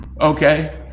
okay